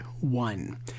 One